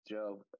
Joe